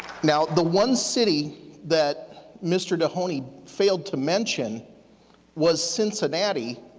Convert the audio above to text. now, the one city that mr. dohoney failed to mention was cincinnati,